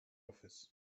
office